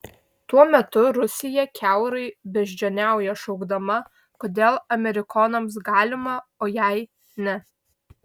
tuo metu rusija kiaurai beždžioniauja šaukdama kodėl amerikonams galima o jai ne